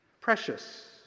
Precious